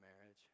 marriage